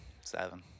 seven